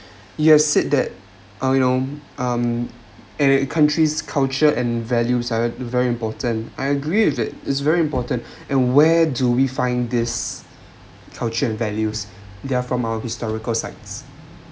you’ve said that uh you know um a a country's culture and values are very important I agree with that is very important and where do we find this culture and values there are from our historical sites